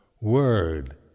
word